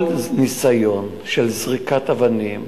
כל ניסיון של זריקת אבנים